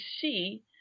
see –